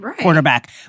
quarterback